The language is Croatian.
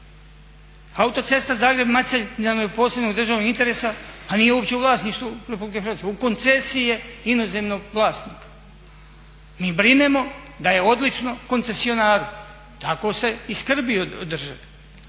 Autocesta Zagreb-Macelj nam je od posebnog državnog interesa, a nije uopće u vlasništvu RH. U koncesiji je inozemnog vlasnika. Mi brinemo da je odlično koncesionaru, tako se i skrbi o državi.